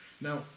Now